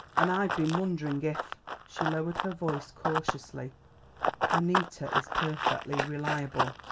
and i've been wondering if she lowered her voice cautiously annita is perfectly reliable.